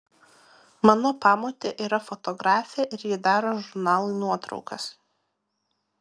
mano pamotė yra fotografė ir ji daro žurnalui nuotraukas